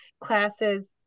classes